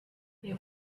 they